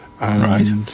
Right